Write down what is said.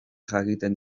jakiten